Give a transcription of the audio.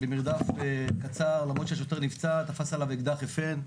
במרדף קצר, למרות שהשוטר נפצע, תפס עליו אקדח FN,